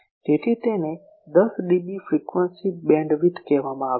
તેથી તેને 10 DB frequency bandwidth કહેવામાં આવશે